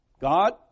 God